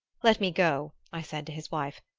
let me go i said to his wife.